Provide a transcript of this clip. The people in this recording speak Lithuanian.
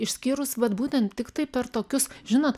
išskyrus vat būtent tiktai per tokius žinot